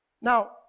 Now